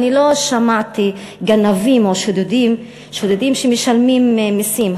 אני לא שמעתי על גנבים או שודדים שמשלמים מסים.